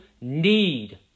need